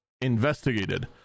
investigated